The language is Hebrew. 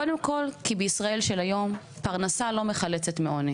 קודם כל כי בישראל של היום פרנסה לא מחלצת מעוני